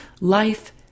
life